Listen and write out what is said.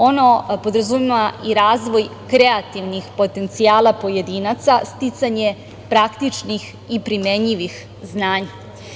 Ono podrazumeva i razvoj kreativnih potencijala pojedinaca, sticanje praktičnih i primenjivih znanja.